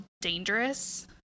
dangerous